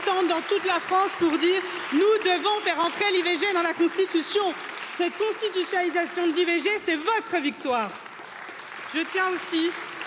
dans toute la France pour dire nous devons faire entrer l'i V G dans la Constitution. Cette constitutionnalisation de l'i V G. c'est votre victoire.